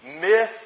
myths